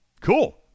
Cool